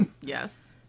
Yes